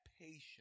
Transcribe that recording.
patience